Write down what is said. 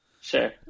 Sure